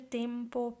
tempo